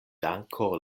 danko